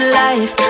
life